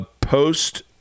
Post